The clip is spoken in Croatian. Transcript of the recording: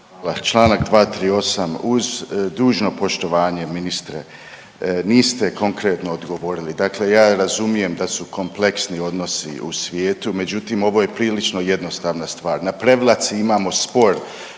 Članak 238., uz dužno poštovanje ministre niste konkretno odgovorili. Dakle, ja razumijem da su kompleksni odnosi u svijetu međutim ovo je prilično jednostavna stvar. Na Prevlaci imamo spor